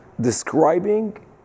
describing